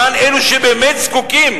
למען אלה שבאמת זקוקים.